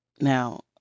Now